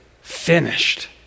finished